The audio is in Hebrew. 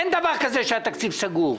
אין דבר כזה שהתקציב סגור.